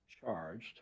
charged